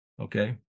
Okay